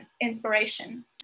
inspiration